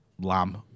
lamb